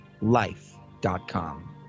life.com